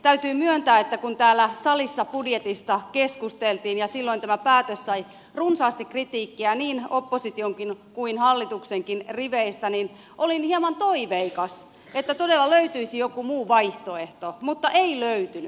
täytyy myöntää että kun täällä salissa budjetista keskusteltiin ja silloin tämä päätös sai runsaasti kritiikkiä niin opposition kuin hallituksenkin riveistä niin olin hieman toiveikas että todella löytyisi joku muu vaihtoehto mutta ei löytynyt